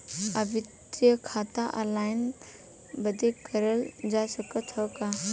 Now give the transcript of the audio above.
आवर्ती खाता ऑनलाइन बन्द करल जा सकत ह का?